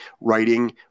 writing